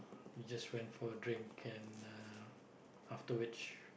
we just went for a drink and uh after which